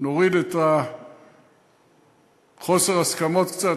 נוריד את חוסר ההסכמות קצת,